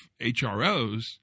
HROs